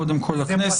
קודם כול הכנסת.